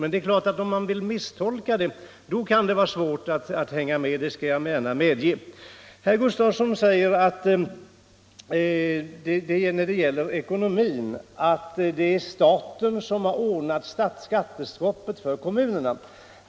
Men om man misstolkar mina ord, kan det vara svårt — det skall jag gärna medge. Herr Gustavsson säger när det gäller ekonomin att det är staten som ordnat skattestoppet för kommunerna.